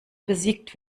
besiegt